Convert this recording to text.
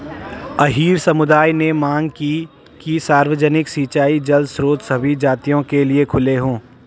अहीर समुदाय ने मांग की कि सार्वजनिक सिंचाई जल स्रोत सभी जातियों के लिए खुले हों